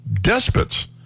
despots